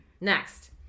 Next